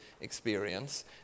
experience